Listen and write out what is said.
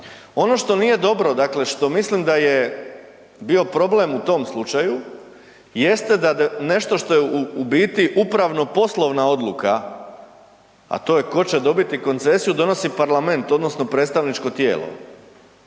Ono što nije dobro, dakle što mislim da je bio problem u tom slučaju, jeste da nešto što je u biti upravo poslovna odluka, a to je tko će dobit koncesiju, donosi parlament, odnosno predstavničko tijelo,